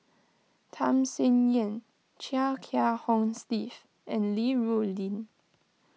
Tham Sien Yen Chia Kiah Hong Steve and Li Rulin